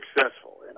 successful